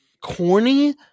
corny